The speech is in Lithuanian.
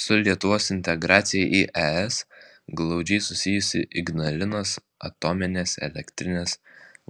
su lietuvos integracija į es glaudžiai susijusi ignalinos atominės elektrinės